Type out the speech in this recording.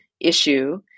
issue